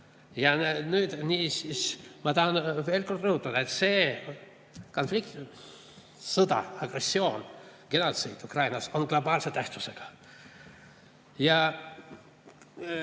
Ja nüüd ma tahan veel kord rõhutada, et see konflikt, sõda, agressioon, genotsiid Ukrainas on globaalse tähtsusega. Ja